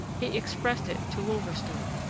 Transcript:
he expressed it to wolverstone,